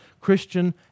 Christian